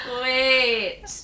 wait